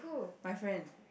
my friend